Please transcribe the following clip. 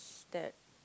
that